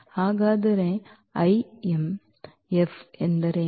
ಹಾಗಾದರೆ Im ಎಂದರೇನು